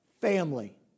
family